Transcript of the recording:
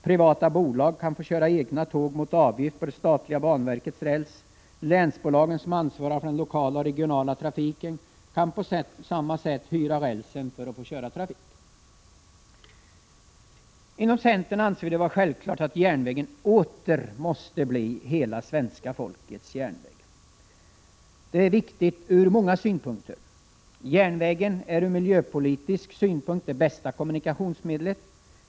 Privata bolag kan få köra egna tåg mot avgift på det statliga banverkets räls. Länsbolagen, som ansvarar för den lokala och regionala trafiken, kan på samma sätt hyra rälsen för att få köra trafik. Inom centern anser vi det vara självklart att järnvägen åter måste bli hela svenska folkets järnväg. Detta är viktigt från många synpunkter. Järnvägen är från miljöpolitisk synpunkt det bästa kommunikationsmedlet.